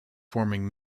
forming